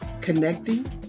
connecting